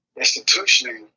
institutionally